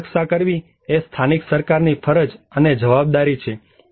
મારી રક્ષા કરવી એ સ્થાનિક સરકારની ફરજ અથવા જવાબદારી છે